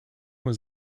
was